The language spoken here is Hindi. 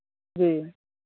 जी